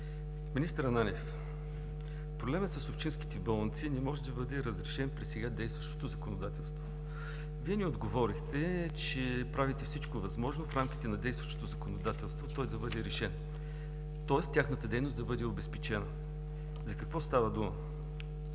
Министър Ананиев, проблемът с общинските болници не може да бъде разрешен по сега действащото законодателство. Вие ни отговорихте, че правите всичко възможно в рамките на действащото законодателство той да бъде решен, тоест тяхната дейност да бъде обезпечена. За какво става дума?